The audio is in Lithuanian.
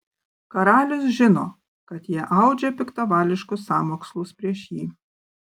karalius žino kad jie audžia piktavališkus sąmokslus prieš jį